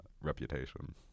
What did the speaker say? Reputation